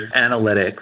analytics